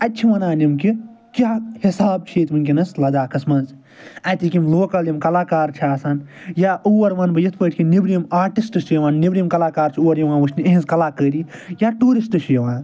اتہِ چھِ ونان یِم کہِ کیٚاہ حساب چھُ یتہِ لداخس منٛز اتِک یِم لوکل یِم کلاکار چھِ اسان یا اوٚر ون بہِ کہِ نٮ۪برم آرٹِسٹ چھِ یوان نٮ۪برم کلاکار چھِ اور یِوان وٕچھِنہِ اہنٛز کالاکٲری یا ٹورسٹ چھِ یِوان